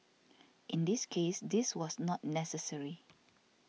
in this case this was not necessary